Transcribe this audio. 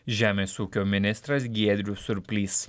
žemės ūkio ministras giedrius surplys